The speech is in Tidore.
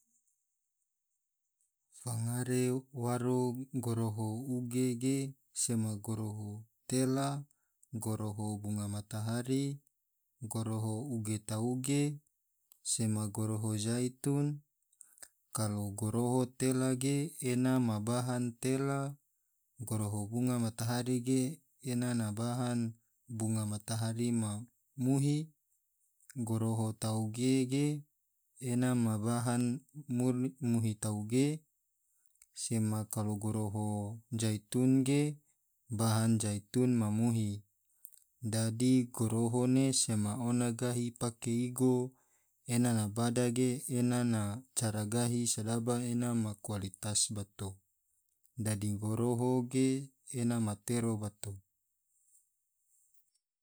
Fangare waro goroho uge ge sema goroho tela, goroho bungan matahari, goroho uge tauge, sema goroho zaitun, kalo goroho tela ge ena na bahan tela. goroho bunga matahari ge ena na bahan bunga matahari ma muhi, goroho tauge ge ena ma bahan muhi tauge, sema kalo goroho zaitun ge bahan zaitun ma muhi dadi goroho ne sema ona gahi pake igo ena na bada ge ena na cara gahi sedaba ena ma kualitas bato, dadi goroho ge ena matero bato.